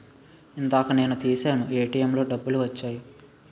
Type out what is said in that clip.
ఇందాక నేను తీశాను ఏటీఎంలో డబ్బులు వచ్చాయి